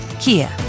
Kia